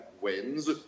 wins